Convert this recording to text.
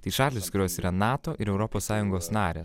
tai šalys kurios yra nato ir europos sąjungos narės